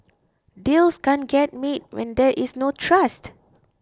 deals can't get made when there is no trust